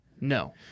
No